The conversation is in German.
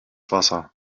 wasser